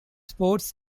sports